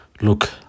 look